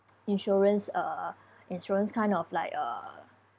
insurance uh insurance kind of like uh